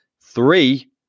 Three